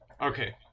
Okay